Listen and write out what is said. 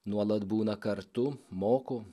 nuolat būna kartu moko